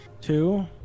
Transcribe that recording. Two